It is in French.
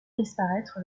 disparaître